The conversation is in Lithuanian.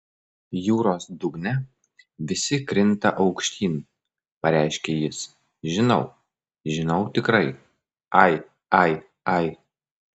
jūros dugne visi krinta aukštyn pareiškė jis žinau žinau tikrai ai ai ai